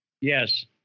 Yes